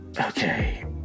Okay